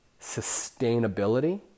sustainability